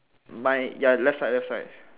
my ya left side left side